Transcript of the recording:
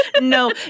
No